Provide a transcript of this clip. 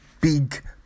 big